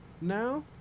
now